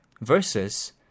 Versus